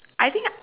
I think